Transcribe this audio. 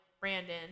Brandon